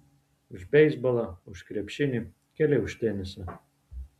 už beisbolą už krepšinį keli už tenisą